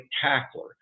tackler